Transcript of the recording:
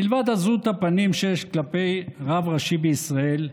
מלבד עזות הפנים שיש כלפי רב ראשי בישראל,